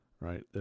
right